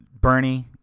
Bernie